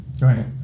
Right